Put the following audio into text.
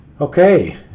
Okay